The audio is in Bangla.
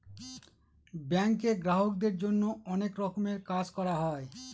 ব্যাঙ্কে গ্রাহকদের জন্য অনেক রকমের কাজ করা হয়